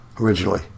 originally